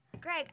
Greg